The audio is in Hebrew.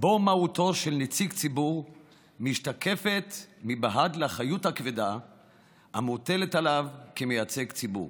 נציג ציבור משתקפת מבעד לאחריות הכבדה המוטלת עליו כמייצג ציבור.